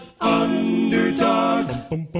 underdog